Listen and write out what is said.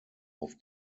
auf